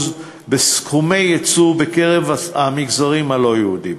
בסכומי היצוא בקרב המגזרים הלא-יהודיים.